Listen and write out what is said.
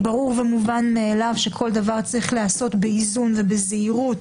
ברור ומובן מאליו שכל דבר צריך להיעשות באיזון ובזהירות,